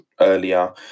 earlier